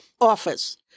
office